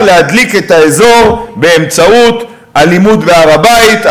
להדליק את האזור באמצעות אלימות בהר-הבית,